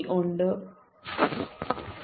B0J Bz 0I2 R2R2z232 A B B